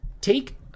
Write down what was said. take